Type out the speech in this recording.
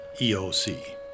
EOC